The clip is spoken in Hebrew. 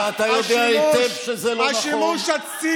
זה מה שקורה